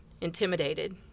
intimidated